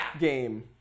game